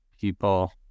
people